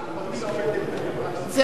שבגללו, אחותי עובדת בחברת "הוט".